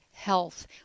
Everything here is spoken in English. health